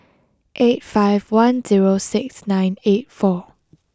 eight five one zero six nine eight four